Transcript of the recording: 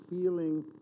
feeling